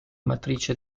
matrice